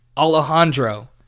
Alejandro